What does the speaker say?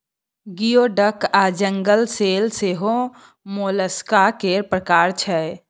गियो डक आ jingle shell सेहो मोलस्का केर प्रकार छै